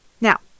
now